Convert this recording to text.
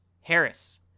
Harris